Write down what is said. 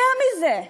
יותר מזה,